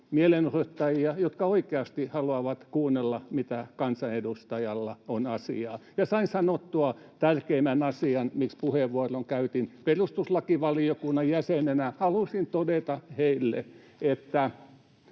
mielenosoittajia, jotka oikeasti haluavat kuunnella, mitä kansanedustajalla on asiaa — ja sain sanottua tärkeimmän asian, miksi puheenvuoron käytin: perustuslakivaliokunnan jäsenenä halusin todeta heille, että